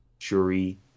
Shuri